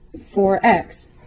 4x